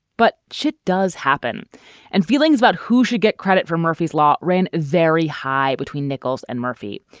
but shit does happen and feelings about who should get credit for murphy's law ran very high between nickels and murphy.